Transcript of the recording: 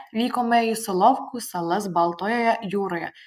vykome į solovkų salas baltojoje jūroje